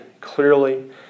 clearly